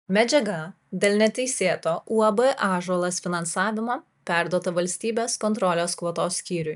medžiaga dėl neteisėto uab ąžuolas finansavimo perduota valstybės kontrolės kvotos skyriui